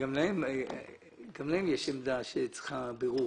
גם להם יש עמדה שצריכה בירור.